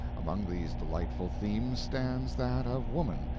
among these delightful themes stands that of woman,